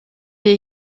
est